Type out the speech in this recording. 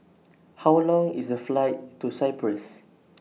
How Long IS The Flight to Cyprus